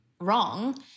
wrong